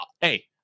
hey